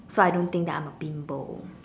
so I don't think that I am a bimbo